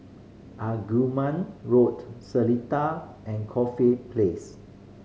Arumugam Road Seletar and Corfe Place